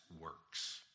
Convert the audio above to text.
works